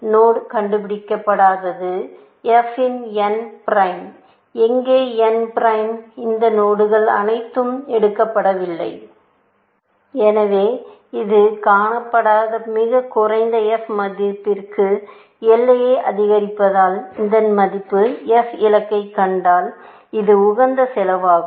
node கண்டுபிடிக்கப்படாதது f இன் n prime எங்கே n பிரைம் இந்த நோடுகள் அனைத்தும் எடுக்கப்படவில்லை எனவே இது காணப்படாத மிகக் குறைந்த f மதிப்பிற்கு எல்லையை அதிகரிப்பதால் அந்த மதிப்பின் f இலக்கைக் கண்டால் அது உகந்த செலவாகும்